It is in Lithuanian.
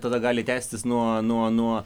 tada gali tęstis nuo